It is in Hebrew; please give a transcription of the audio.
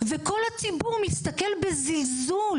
וכל הציבור מסתכל בזלזול,